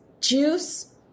Juice